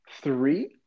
three